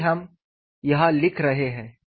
वही हम यहां लिख रहे हैं